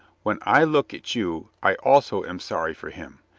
when i look at you i also am sorry for him.